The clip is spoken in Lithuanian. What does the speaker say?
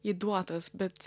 įduotas bet